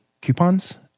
coupons